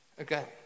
Okay